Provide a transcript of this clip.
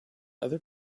other